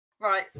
Right